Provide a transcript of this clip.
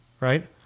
right